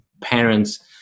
parents